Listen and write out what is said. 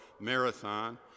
Marathon